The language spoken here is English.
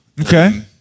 Okay